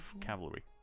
Cavalry